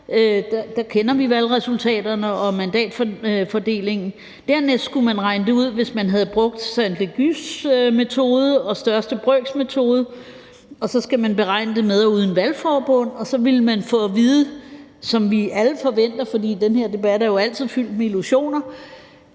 Der kender vi valgresultaterne og mandatfordelingen. Dernæst skulle man regne det ud, ud fra at man havde brugt Sainte-Laguës metode og største brøks metode, og så skulle man beregne det med og uden valgforbund, og så ville man få at vide det, som vi alle forventer – den her debat er jo altid fyldt med illusioner